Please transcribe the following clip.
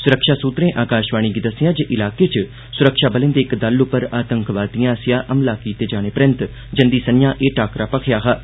सुरक्षा सुत्तरें आकाशवाणी गी दस्सेया जे इलाके च सुरक्षाबलें दे इक दल पर आतंकवादिएं आसेआ हमला कीते जाने परैंत जंदी संत्रां ए टाक्करा मखेआ हा